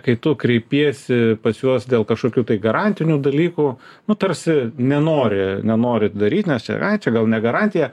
kai tu kreipiesi pas juos dėl kažkokių tai garantinių dalykų nu tarsi nenori nenori daryt nes čia ai čia gal ne garantija